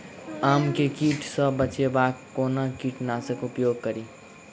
आम केँ कीट सऽ बचेबाक लेल कोना कीट नाशक उपयोग करि?